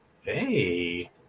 hey